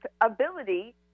ability